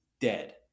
dead